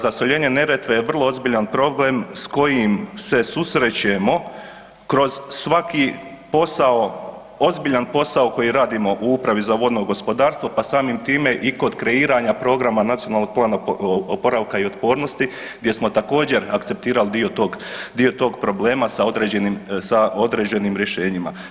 Zasoljenje Neretve je vrlo ozbiljan problem s kojim se susrećemo kroz svaki posao, ozbiljan posao koji radimo u Upravi za vodno gospodarstvo, pa samim time i kod kreiranja programa Nacionalnog plana oporavka i otpornosti gdje smo također, akceptirali dio tog problema sa određenim rješenjima.